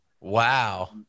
wow